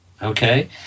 Okay